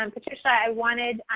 um patricia i wanted